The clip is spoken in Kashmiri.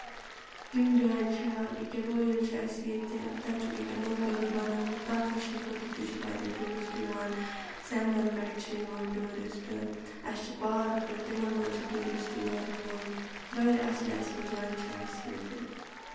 تِم جایہِ چھا ییٚکیاہ وٲیِل چھُ اَسہِ ییٚتہِ تِتہِ چھُکھ ییٚکیاہ نوٚو کٔدل بَنوومُت تَتھ وٕچھنہٕ خٲطرٕ تہِ چھُ واریاہ ٹوٗرِسٹ یِوان سیندَن پٮ۪ٹھ چھِ یِوان ٹیوٗرِسٹ اسہِ چھِ پارکہٕ تِمَن مںٛز چھِ ٹیوٗرِسٹ یور یِوان واریاہ اَصٕلہِ اَصٕلہِ جایہِ چھےٚ اَسہِ ییٚتہِ